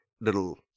little